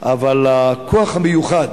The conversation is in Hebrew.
אבל הכוח המיוחד